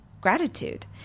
gratitude